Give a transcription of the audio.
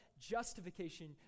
justification